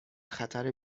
خطر